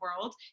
world